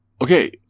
Okay